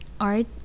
art